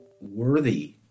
worthy